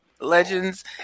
legends